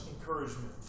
encouragement